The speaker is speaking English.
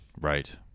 Right